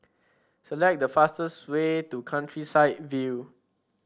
select the fastest way to Countryside View